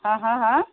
হা হা হা